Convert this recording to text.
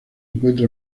encuentra